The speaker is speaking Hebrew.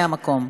מהמקום.